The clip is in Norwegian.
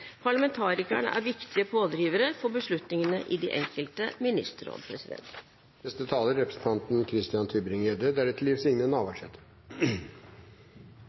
Parlamentarikerne er viktige pådrivere for beslutningene i de enkelte ministerråd. Nordisk samarbeid er positivt og naturlig. Hovedutfordringen er